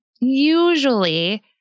usually